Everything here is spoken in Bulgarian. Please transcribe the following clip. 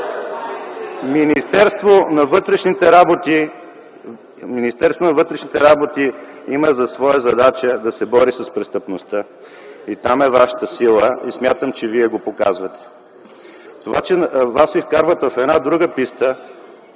Министерство на вътрешните работи има за своя задача да се бори с престъпността. Там е Вашата сила и смятам, че Вие го показвате. Това, че Вас Ви вкарват в една друга писта,